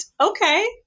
Okay